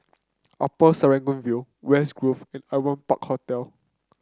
Upper Serangoon View West Grove and Aliwal Park Hotel